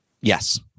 Yes